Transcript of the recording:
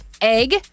Egg